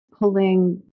pulling